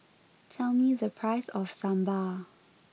tell me the price of Sambar